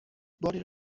باری